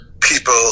people